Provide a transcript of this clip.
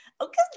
Okay